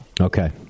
Okay